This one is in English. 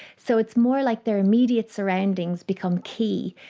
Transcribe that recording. so it's more like their immediate surroundings become key,